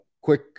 quick